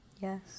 Yes